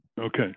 Okay